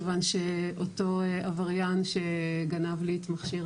כיוון שאותו עבריין שגנב לי את מכשיר